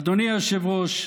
אדוני היושב-ראש,